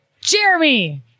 Jeremy